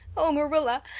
oh, marilla,